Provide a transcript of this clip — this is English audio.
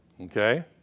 Okay